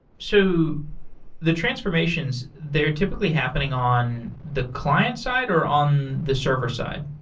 so the transformations, they're typically happening on the client side or on the server side?